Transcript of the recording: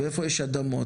ואיפה יש אדמות.